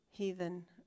heathen